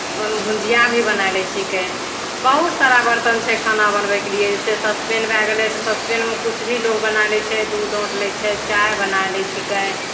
अपन भुजिया भी बना लै छिकै बहुत सारा बरतन छै खाना बनबैके लिए जैसे सस्पेन भए गेलै तऽ सस्पेनमे किछु भी लोग बनाए लै छै दूध अउँट लै छै चाय बना लै छिकै